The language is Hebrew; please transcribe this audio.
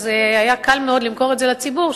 היה קל מאוד למכור את זה לציבור,